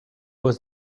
was